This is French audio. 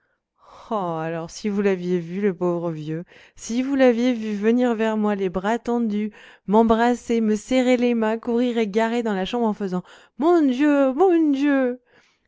alors si vous l'aviez vu le pauvre vieux si vous l'aviez vu venir vers moi les bras tendus m'embrasser me serrer les mains courir égaré dans la chambre en faisant mon dieu mon dieu